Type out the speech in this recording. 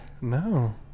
No